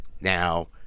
Now